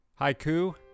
haiku